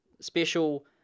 special